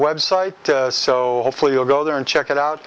website so hopefully you'll go there and check it out